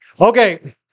Okay